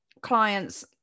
clients